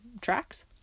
tracks